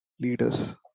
leaders